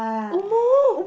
almost